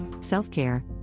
self-care